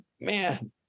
man